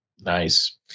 Nice